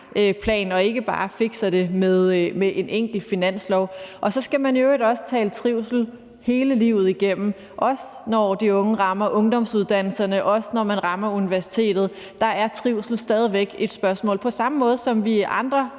og ikke bare fikser det med en enkelt finanslov. Og så skal man i øvrigt også tale trivsel hele livet igennem, også når de unge rammer ungdomsuddannelserne, og også når de rammer universitetet. Der er trivsel stadig væk et spørgsmål. På samme måde som vi andre